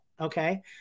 Okay